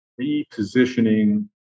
repositioning